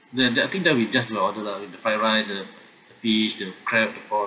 the the I think that we just we order lah with the fried rice the fish the crab the prawn